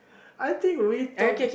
I think we talk